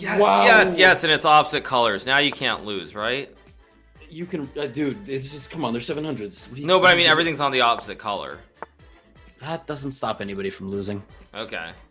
yeah wow yes yes and it's opposite colors now you can't lose right you can dude it's just come on there's seven hundred s no but i mean everything's on the opposite color that doesn't stop anybody from losing okay